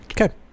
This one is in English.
Okay